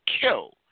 kill